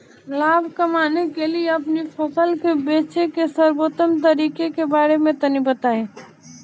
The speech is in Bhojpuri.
लाभ कमाने के लिए अपनी फसल के बेचे के सर्वोत्तम तरीके के बारे में तनी बताई?